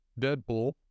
Deadpool